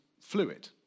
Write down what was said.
fluid